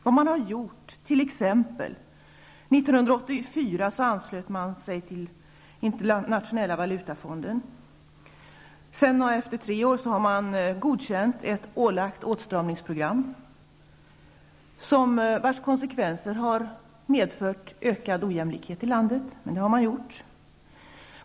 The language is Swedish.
Vad man har gjort i Moçambique är t.ex. att man 1984 anslöt sig till Internationella valutafonden. Tre år senare godkände man ett ålagt åtstramningsprogram, vars konsekvens har blivit en ökad ojämlikhet i landet. Men man har ändå genomfört detta.